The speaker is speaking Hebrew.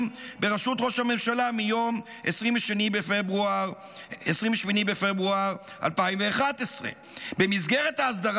בראשות ראש הממשלה מיום 28 בפברואר 2011. במסגרת ההסדרה,